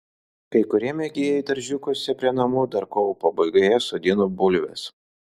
kai kurie mėgėjai daržiukuose prie namų dar kovo pabaigoje sodino bulves